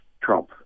Trump